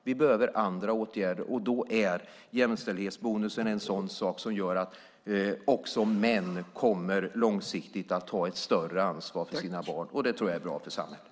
Vi behöver andra åtgärder, och då är jämställdhetsbonusen en sådan sak som gör att också män långsiktigt kommer att ta ett större ansvar för sina barn, och det tror jag är bra för samhället.